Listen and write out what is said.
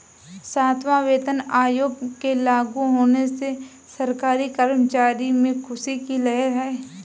सातवां वेतन आयोग के लागू होने से सरकारी कर्मचारियों में ख़ुशी की लहर है